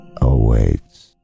Awaits